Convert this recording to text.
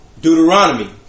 Deuteronomy